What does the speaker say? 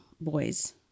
boys